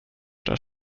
das